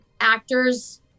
actors